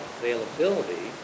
availability